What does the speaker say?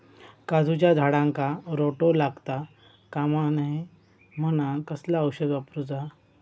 काजूच्या झाडांका रोटो लागता कमा नये म्हनान कसला औषध वापरूचा?